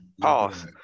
Pause